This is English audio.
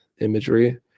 imagery